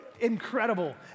incredible